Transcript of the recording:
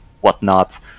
whatnot